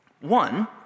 One